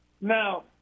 Now